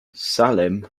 salim